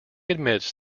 admits